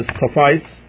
suffice